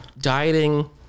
dieting